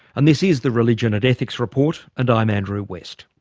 and this is the religion and ethics report and i'm andrew west